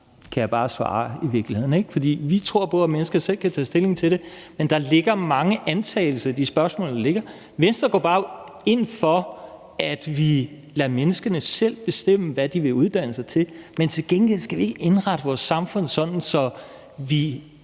bare svare nej til begge dele. Vi tror på, at mennesker selv kan tage stilling til det, men der ligger mange antagelser i de spørgsmål, der bliver stillet. Venstre går ind for, at vi lader mennesker selv bestemme, hvad de vil uddanne sig til, men til gengæld skal vi ikke indrette vores samfund sådan, at vi